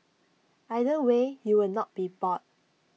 either way you will not be bored